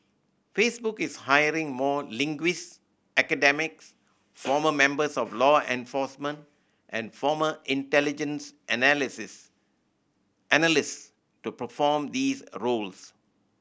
Facebook is hiring more linguist academics former members of law enforcement and former intelligence analysis analyst to perform these roles